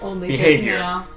behavior